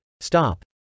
stop